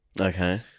Okay